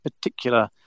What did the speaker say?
particular